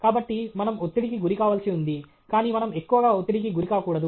కాబట్టి మనం ఒత్తిడికి గురికావలసి ఉంది కాని మనం ఎక్కువగా ఒత్తిడికి గురికాకూడదు